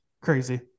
crazy